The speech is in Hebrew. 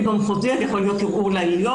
המשפט המחוזי אז יכול להיות ערעור לבית